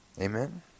Amen